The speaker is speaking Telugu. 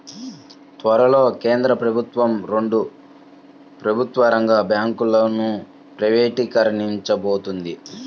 త్వరలో కేంద్ర ప్రభుత్వం రెండు ప్రభుత్వ రంగ బ్యాంకులను ప్రైవేటీకరించబోతోంది